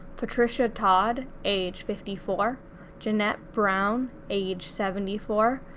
patricia todd age fifty four jeanette brown age seventy four,